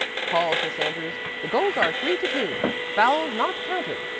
calls miss andrews. the goals are three to two, fouls not counted.